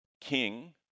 king